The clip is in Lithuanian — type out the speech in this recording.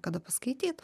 kada paskaityt